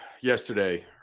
yesterday